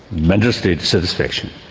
mental state satisfaction.